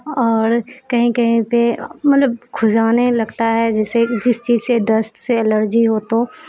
اور کہیں کہیں پہ مطلب کھجانے لگتا ہے جیسے جس چیز سے ڈسٹ سے الرجی ہو تو